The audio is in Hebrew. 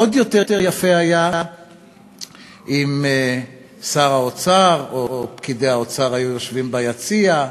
עוד יותר יפה היה אם שר האוצר או פקידי האוצר היו יושבים ביציע,